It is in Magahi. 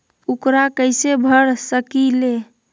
ऊकरा कैसे भर सकीले?